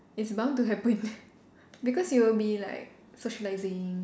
it's bound to happen because you will be like socialising